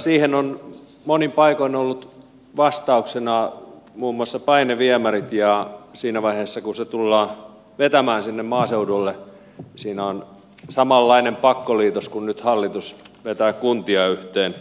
siihen ovat monin paikoin olleet vastauksena muun muassa paineviemärit ja siinä vaiheessa kun se tullaan vetämään sinne maaseudulle siinä on samanlainen pakkoliitos edessä jossain vaiheessa kuin nyt hallituksen vetäessä kuntia yhteen